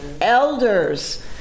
elders